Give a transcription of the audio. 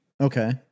Okay